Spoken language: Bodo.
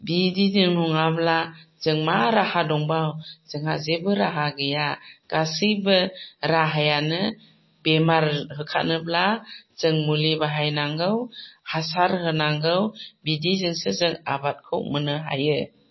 बिदिजों नङाब्ला जों मा राहा दंबाव जोंहा जेबो राहा गैया गासैबो राहायानो बेमार होखारनोब्ला जों मुलि बाहायनांगौ हासार होनांगौ बिदिजोंसो जों आबादखौ मोन्नो हायो